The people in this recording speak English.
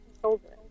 children